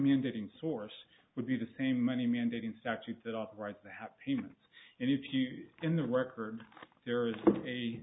mandating source would be the same money mandating statute that off right to have payments if you in the record there is a